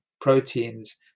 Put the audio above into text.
proteins